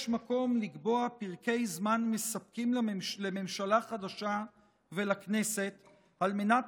יש מקום לקבוע פרקי זמן מספקים לממשלה חדשה ולכנסת על מנת